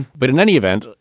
but in any event,